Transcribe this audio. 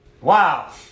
Wow